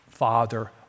father